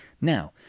Now